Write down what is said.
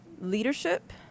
leadership